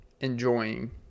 enjoying